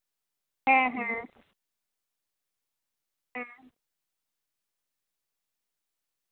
ᱦᱮᱸ ᱦᱮᱸ ᱦᱮᱸ